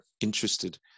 interested